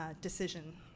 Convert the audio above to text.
decision